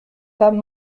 femme